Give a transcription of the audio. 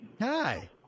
Hi